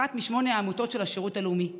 אחת משמונה העמותות של השירות הלאומי,